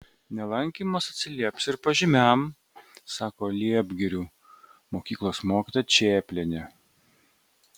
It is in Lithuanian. nelankymas atsilieps ir pažymiam sako liepgirių mokyklos mokytoja čėplienė